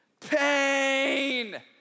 pain